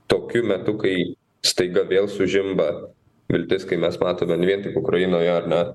tokiu metu kai staiga vėl sužimba viltis kai mes matome ne vien tik ukrainoje ar ne